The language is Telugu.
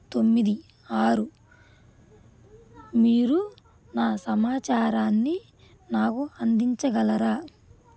తొమ్మిది ఆరు మీరు నా సమాచారాన్ని నాకు అందించగలరా